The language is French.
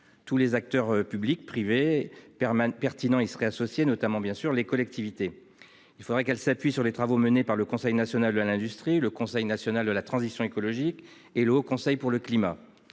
Tous les acteurs publics et privés pertinents y seraient associés, notamment les collectivités, et elle s'appuierait sur les travaux menés par le Conseil national de l'industrie, le Conseil national de la transition écologique et le Haut Conseil pour le climat.